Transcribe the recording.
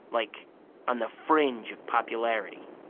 like on the fringe of popularity.